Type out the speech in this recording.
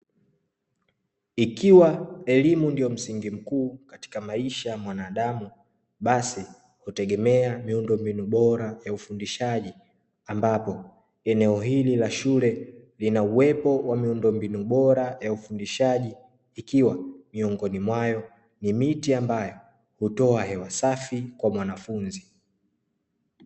Ikiwa elimu ndio msingi mkuu katika maisha ya mwanadamu basi hutegemea miundombinu bora ya ufundishaji, ambapo eneo hili la shule lina uwepo wa miundombinu bora ya ufundishaji ikiwa miongoni mwao ni miti ambayo hutoa hewa safi kwa mwanafunzi.